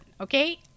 okay